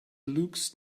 looks